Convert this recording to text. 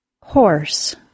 Horse